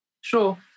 Sure